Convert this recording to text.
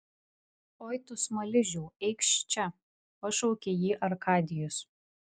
oi tu smaližiau eikš čia pašaukė jį arkadijus